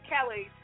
Kelly